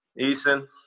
Eason